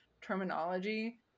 terminology